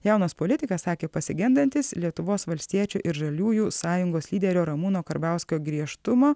jaunas politikas sakė pasigendantis lietuvos valstiečių ir žaliųjų sąjungos lyderio ramūno karbauskio griežtumo